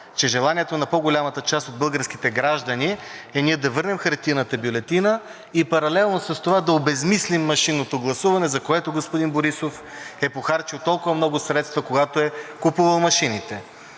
че желанието на по-голямата част от българските граждани е ние да върнем хартиената бюлетина и паралелно с това да обезсмислим машинното гласуване, за което господин Борисов е похарчил толкова много средства, когато е купувал машините.